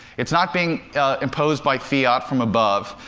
it's not being imposed by fiat from above.